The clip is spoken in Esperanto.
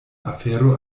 afero